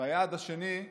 והיעד השני,